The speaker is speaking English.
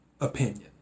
opinion